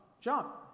jump